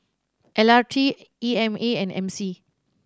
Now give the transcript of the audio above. L R T E M A and M C